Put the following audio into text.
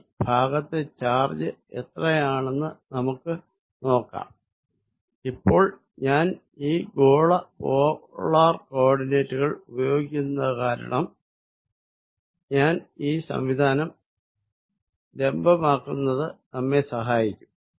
ഈ ഭാഗത്തെ ചാർജ് എത്രയാണെന്ന് നമുക്ക് നോക്കാം ഇപ്പോൾ ഞാൻ ഗോള പോളാർ കോ ഓർഡിനേറ്റുകൾ ഉപയോഗിക്കുന്നത് കാരണം ഞാൻ ഈ സംവിധാനം ലംബമാക്കുന്നത് നമ്മെ സഹായിക്കും